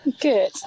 good